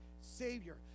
Savior